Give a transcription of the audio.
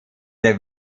der